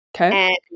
Okay